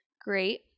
Great